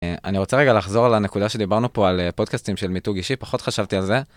אני רוצה רגע לחזור על הנקודה שדיברנו פה על פודקאסטים של מיתוג אישי, פחות חשבתי על זה.